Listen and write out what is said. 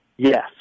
Yes